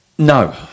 No